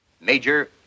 Major